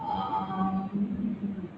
um